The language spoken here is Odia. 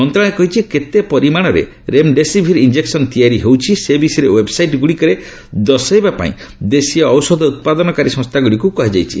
ମନ୍ତ୍ରଣାଳୟ କହିଛି କେତେ ପରିମାଣରେ ରେମ୍ଡେସିଭିର୍ ଇଞ୍ଜେକୁନ ତିଆରି ହେଉଛି ସେ ବିଷୟ ୱେବ୍ସାଇଟ୍ ଗୁଡ଼ିକରେ ଦର୍ଶାଇବା ପାଇଁ ଦେଶୀୟ ଔଷଧ ଉତ୍ପାଦନକାରୀ ସଂସ୍ଥାଗୁଡ଼ିକୁ କୁହାଯାଇଛି